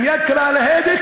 עם יד קלה על ההדק,